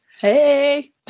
Hey